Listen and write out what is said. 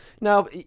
Now